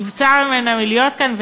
נבצר ממנה להיות כאן,